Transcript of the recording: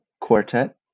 Quartet